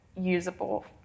usable